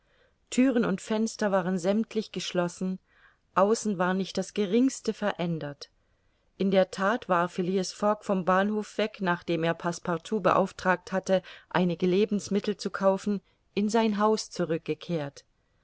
thüren und fenster waren sämmtlich geschlossen außen war nicht das geringste verändert in der that war phileas fogg vom bahnhof weg nachdem er passepartout beauftragt hatte einige lebensmittel zu kaufen in sein haus zurückgekehrt